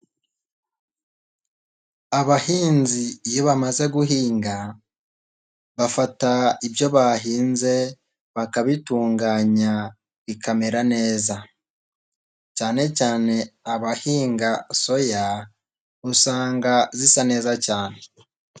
Abahinzi iyo bamaze guhinga bafata ibyo bahinze bakabitunganya bikamera neza cyane cyane abahinga soya usanga zisa neza cyane.